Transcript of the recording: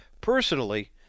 personally